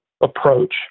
approach